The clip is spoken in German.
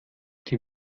die